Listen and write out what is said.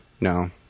No